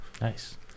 Nice